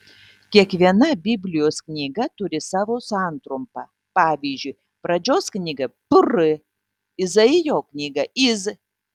kiekviena biblijos knyga turi savo santrumpą pavyzdžiui pradžios knyga pr izaijo knyga iz